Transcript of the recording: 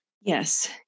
yes